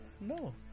No